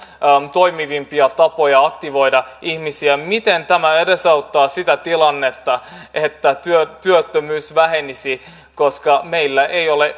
toimivimpia tapoja aktivoida ihmisiä miten tämä edesauttaa sitä tilannetta että työttömyys vähenisi koska meillä ei ole